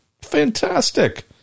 Fantastic